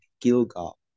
Gilgal